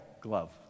glove